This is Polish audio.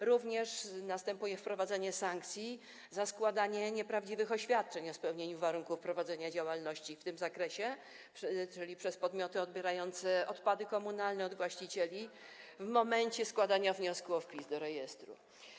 Wprowadza się również sankcje za składanie nieprawdziwych oświadczeń o spełnieniu warunków prowadzenia działalności w tym zakresie przez podmioty odbierające odpady komunalne od właścicieli w momencie składania wniosku o wpis do rejestru.